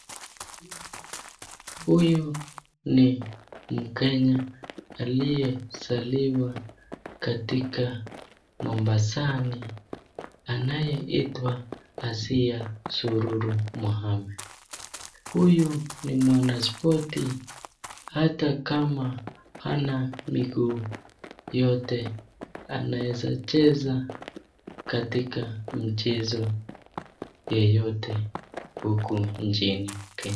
Huyu ni Mkenya aliyesaliwa katika Mombasani. Anayeitwa Asia Sururu Mohammed. Huyu ni mwanaspoti hata kama hana miguu yote. Anaweza cheza katika mchezo yeyote huku nchini.